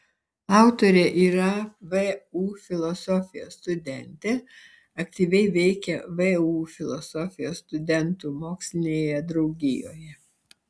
autorė yra vu filosofijos studentė aktyviai veikia vu filosofijos studentų mokslinėje draugijoje